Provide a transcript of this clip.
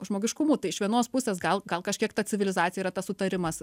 žmogiškumu tai iš vienos pusės gal gal kažkiek ta civilizacija yra tas sutarimas